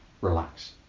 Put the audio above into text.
relax